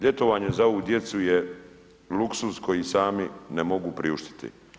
Ljetovanje za ovu djecu je luksuz koji sami ne mogu priuštiti.